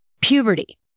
puberty